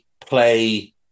play